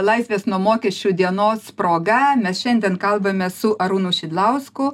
laisvės nuo mokesčių dienos proga mes šiandien kalbame su arūnu šidlausku